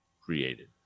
created